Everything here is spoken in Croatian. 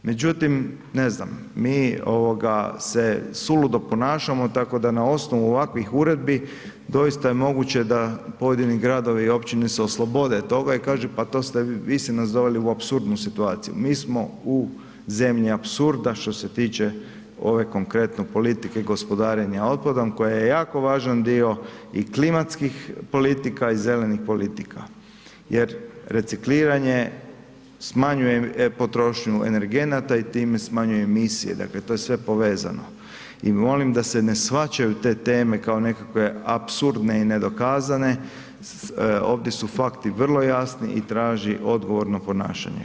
Međutim, ne znam, mi ovoga se suludo ponašamo tako da na osnovu ovakvih uredbi doista je moguće da pojedini gradovi i općine se oslobode toga i kaže, pa to ste, vi ste nas doveli u apsurdnu situaciju, mi smo u zemlji apsurda što se tiče ove konkretno politike gospodarenja otpadom koja je jako važan dio i klimatskih politika i zelenih politika jer recikliranje smanjuje potrošnju energenata i time smanjuje emisije, dakle to je sve povezano i molim da se ne shvaćaju te teme kao nekakve apsurdne i nedokazane, ovdje su fakti vrlo jasni i traži odgovorno ponašanje.